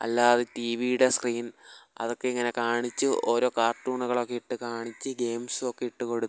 അല്ലാതെ ടി വിയുടെ സ്ക്രീൻ അതൊക്കെ ഇങ്ങനെ കാണിച്ച് ഓരോ കാർട്ടൂണുകളൊക്കെ ഇട്ട് കാണിച്ച് ഗെയിംസുമൊക്കെ ഇട്ടുകൊടുത്ത്